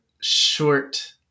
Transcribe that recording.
short